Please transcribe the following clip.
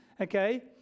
Okay